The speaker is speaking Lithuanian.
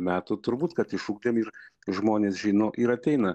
metų turbūt kad išugdėm ir žmonės žino ir ateina